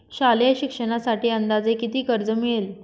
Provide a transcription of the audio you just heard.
शालेय शिक्षणासाठी अंदाजे किती कर्ज मिळेल?